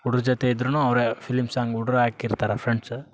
ಹುಡ್ರ್ ಜೊತೆ ಇದ್ರೂ ಅವರೇ ಫಿಲ್ಮ್ ಸಾಂಗ್ ಹುಡ್ರ್ ಹಾಕಿರ್ತರ ಫ್ರೆಂಡ್ಸ್